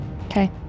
Okay